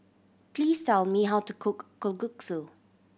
please tell me how to cook Kalguksu